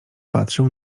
patrzył